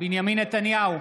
בנימין נתניהו,